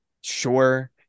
sure